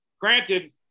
Granted